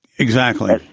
exactly.